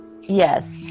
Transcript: yes